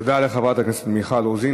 תודה לחברת הכנסת מיכל רוזין.